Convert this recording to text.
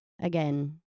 again